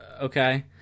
Okay